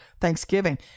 thanksgiving